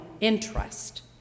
interest